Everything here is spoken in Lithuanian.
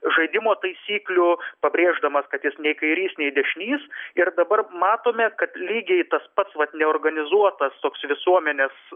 žaidimo taisyklių pabrėždamas kad jis nei kairys nei dešinys ir dabar matome kad lygiai tas pats vat neorganizuotas toks visuomenės